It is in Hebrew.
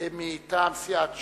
מטעם סיעת ש"ס,